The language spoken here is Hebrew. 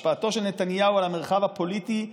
השפעתו של נתניהו על המרחב הפוליטי הפנימי,